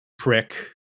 Prick